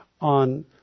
on